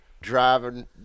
Driving